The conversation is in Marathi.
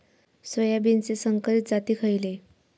सोयाबीनचे संकरित जाती खयले?